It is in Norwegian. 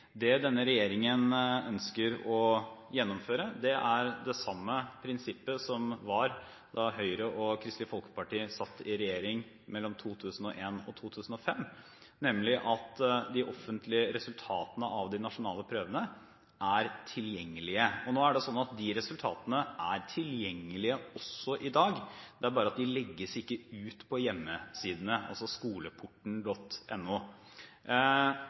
Det denne regjeringen ønsker å gjennomføre, er det samme prinsippet man hadde da Høyre og Kristelig Folkeparti satt i regjering i 2001–2005, nemlig at de offentlige resultatene av de nasjonale prøvene er tilgjengelige. Nå er det slik at de resultatene er tilgjengelige også i dag; det er bare at de ikke legges ut på hjemmesidene, altså på skoleporten.no. Det vi ønsker, er at resultatene på skolenivå skal legges ut på Skoleporten,